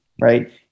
right